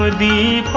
the